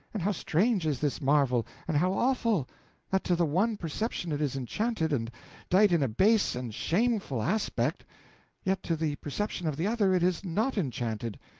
and how strange is this marvel, and how awful that to the one perception it is enchanted and dight in a base and shameful aspect yet to the perception of the other it is not enchanted,